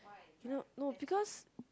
no no because